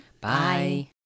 Bye